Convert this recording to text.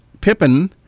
Pippin